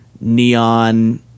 neon